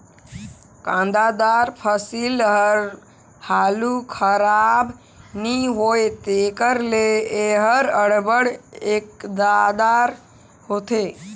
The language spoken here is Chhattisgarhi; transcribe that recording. कांदादार फसिल हर हालु खराब नी होए तेकर ले एहर अब्बड़ फएदादार होथे